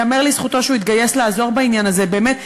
ייאמר לזכותו שהוא התגייס לעזור בעניין הזה באמת.